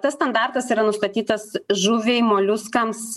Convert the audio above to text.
tas standartas yra nustatytas žuviai moliuskams